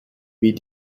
wie